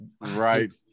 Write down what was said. right